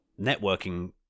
networking